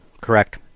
correct